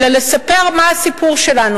אלא לספר את הסיפור שלנו,